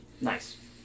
Nice